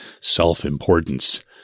self-importance